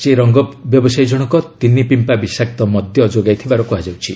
ସେହି ରଙ୍ଗ ବ୍ୟବସାୟୀ ଜଣକ ତିନି ପିମ୍ପା ବିଶାକ୍ତ ମଦ ଯୋଗାଇ ଥିବାର କୁହାଯାଉଛି